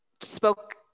spoke